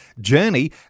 journey